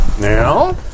Now